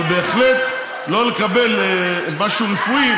אבל בהחלט לא לקבל משהו רפואי